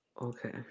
Okay